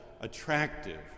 attractive